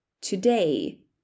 today